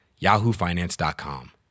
yahoofinance.com